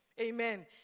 Amen